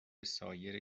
سایر